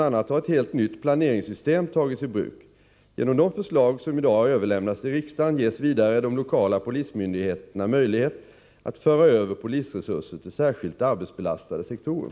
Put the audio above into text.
a. har ett helt nytt planeringssystem tagits i bruk. Genom de förslag som i dag har överlämnats till riksdagen ges vidare de lokala polismyndigheterna möjlighet att föra över polisresurser till särskilt arbetsbelastade sektorer.